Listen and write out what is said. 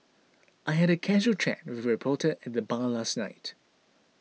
I had a casual chat with a reporter at the bar last night